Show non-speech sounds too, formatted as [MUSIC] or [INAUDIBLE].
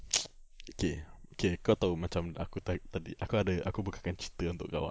[NOISE] okay okay kau tahu macam aku tarik tadi aku ada aku buat cerita untuk kau ah